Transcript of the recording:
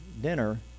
dinner